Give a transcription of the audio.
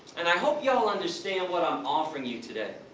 and i hope you all understand what i'm offering you today.